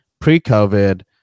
pre-COVID